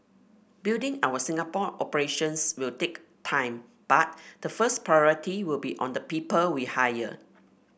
building our Singapore operations will take time but the first priority will be on the people we hire